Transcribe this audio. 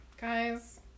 Guys